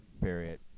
Period